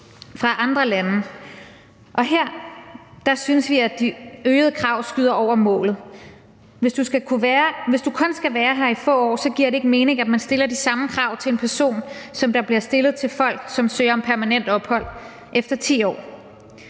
fra andre lande, og her synes vi at de øgede krav skyder over målet. Hvis en person kun skal være her i få år, giver det ikke mening, at man stiller de samme krav til den person, som der bliver stillet til folk, som søger om permanent ophold efter 10 år.